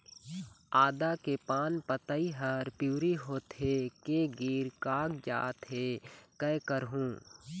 आदा के पान पतई हर पिवरी होथे के गिर कागजात हे, कै करहूं?